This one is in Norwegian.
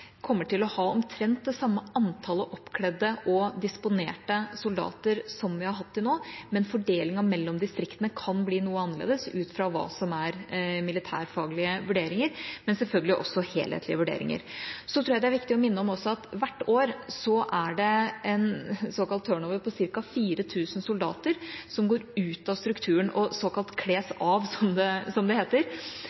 kommer til å ha omtrent det samme antallet oppkledde og disponerte soldater som vi har hatt til nå. Fordelingen mellom distriktene kan bli noe annerledes ut fra militærfaglige vurderinger, men selvfølgelig også ut fra helhetlige vurderinger. For det andre tror jeg det er viktig å minne om at hvert år er det en såkalt turnover på ca. 4 000 soldater som går ut av strukturen og – som det heter – kles